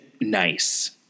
nice